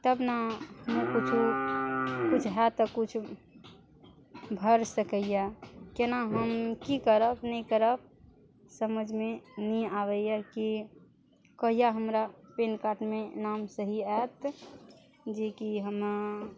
तब ने हमर किछो किछु होएत तऽ किछु भर सकैया केना हम की करब नहि करब समझमे नहि आबैया की कहिया हमरा पेन कार्डमे नाम सही आयत जेकि हम ने